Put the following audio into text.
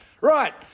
Right